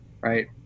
right